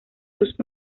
sus